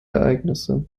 ereignisse